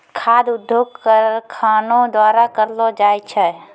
खाद्य उद्योग कारखानो द्वारा करलो जाय छै